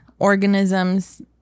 Organisms